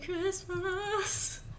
Christmas